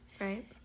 Right